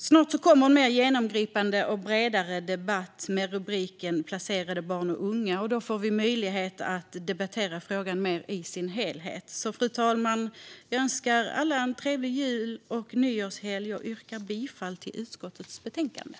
Snart kommer en mer genomgripande och bredare debatt med rubriken Placerade barn och unga . Då får vi möjlighet att debattera frågan mer i sin helhet. Fru talman! Jag önskar alla en trevlig jul och nyårshelg och yrkar bifall till utskottets förslag i betänkandet.